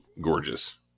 gorgeous